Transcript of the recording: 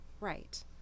right